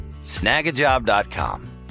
Snagajob.com